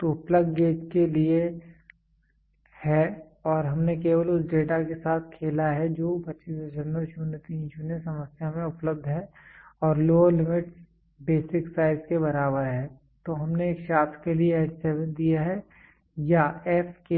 तो यह plug gauge के लिए है और हमने केवल उस डेटा के साथ खेला है जो 25030 समस्या में उपलब्ध है और लोअर लिमिटस बेसिक साइज के बराबर हैं तो हमने एक शाफ्ट के लिए H 7 दिया है या f